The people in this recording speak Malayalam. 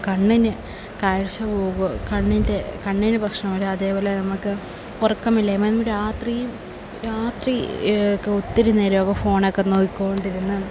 കണ്ണിന് കാഴ്ച പോകും കണ്ണിൻറെ കണ്ണിന് പ്രശ്നമാകും അതേപോലെ നമ്മൾക്ക് ഉറക്കമില്ലായ്മ എന്നും രാത്രിയും രാത്രി ഒക്കെ ഒത്തിരി നേരമൊക്കെ ഫോണൊക്കെ നോക്കിക്കോണ്ടിരുന്ന്